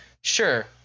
Sure